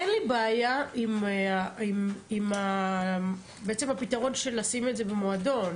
אין לי בעיה עם עצם הפתרון של לשים את זה במועדון,